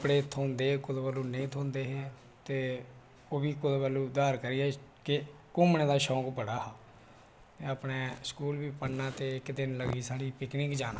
कपड़े थ्होंदे हे कुदै बेल्लै नेईं थ्होंदे हे ते ओह्बी कुदै बल्लों उधार करियै के घूमने दा शौक बड़ा हा अपने स्कूल बी पढ़ना ते इक दिन लग्गी साढ़ी पिकनिक जान